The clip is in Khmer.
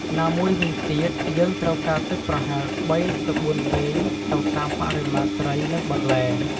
ណាមួយវិញទៀត យើងត្រូវការទឹកប្រហែល ៣-៤ ពែង ទៅតាមបរិមាណត្រី និងបន្លែ។